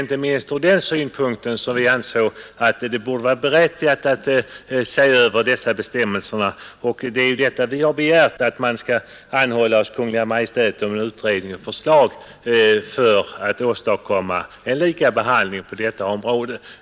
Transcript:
Inte minst ur den synpunkten anser vi det berättigat att se över dessa bestämmelser. Vad vi har begärt är att riksdagen hos Kungl. Maj:t skall anhålla om utredning och förslag för att åstadkomma en lika behandling på detta område.